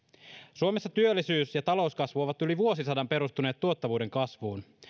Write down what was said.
suomessa työllisyys ja talouskasvu ovat yli vuosisadan perustuneet tuottavuuden kasvuun